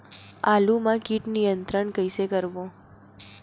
आलू मा कीट नियंत्रण कइसे करबो?